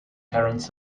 terence